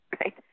right